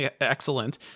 excellent